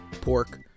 pork